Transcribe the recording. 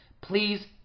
Please